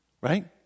right